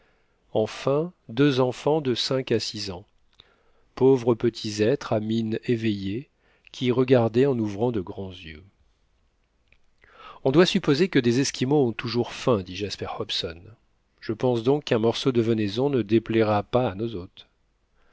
enfin deux enfants de cinq à six ans pauvres petits êtres à mine éveillée qui regardaient en ouvrant de grands yeux on doit supposer que des esquimaux ont toujours faim dit jasper hobson je pense donc qu'un morceau de venaison ne déplaira pas à nos hôtes